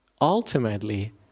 ultimately